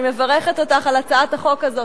אני מברכת אותך על הצעת החוק הזאת,